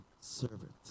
servant